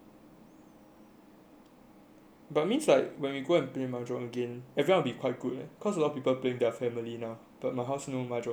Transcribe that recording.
but means like when we go and play mahjong again everyone will be quite good leh cause a lot of people play with their family now but my house no mahjong set